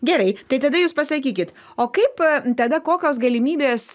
gerai tai tada jūs pasakykit o kaip a tada kokios galimybės